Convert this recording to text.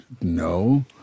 no